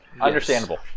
Understandable